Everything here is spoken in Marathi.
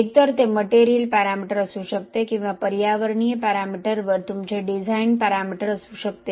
एकतर ते मटेरियल पॅरामीटर असू शकते किंवा पर्यावरणीय पॅरामीटरवर तुमचे डिझाइन पॅरामीटर असू शकते